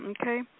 okay